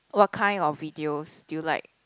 what kind of videos do you like